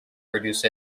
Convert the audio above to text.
produce